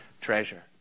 treasure